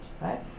right